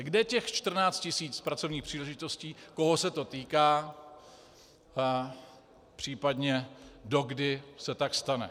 Kde je těch 14 tisíc pracovních příležitostí, koho se to týká, případně dokdy se tak stane.